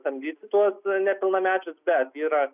samdyti tuos nepilnamečius bet yra